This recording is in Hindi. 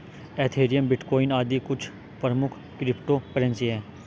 एथेरियम, बिटकॉइन आदि कुछ प्रमुख क्रिप्टो करेंसी है